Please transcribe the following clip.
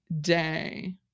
day